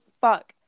fuck